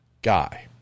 guy